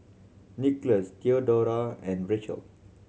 Nickolas Theodora and Rachel